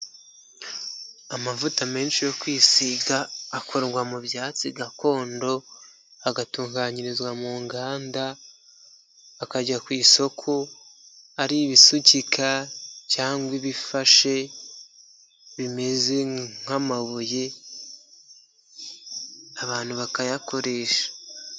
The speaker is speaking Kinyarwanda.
Amavuta menshi yo kwisiga, akorwa mu byatsi gakondo, agatunganyirizwa mu nganda, akajya ku isoko ari ibisukika cyangwa ibifashe bimeze nk'amabuye, abantu bakayakoresha.